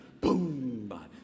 boom